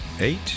eight